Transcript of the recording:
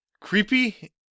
creepy